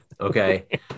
okay